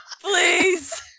Please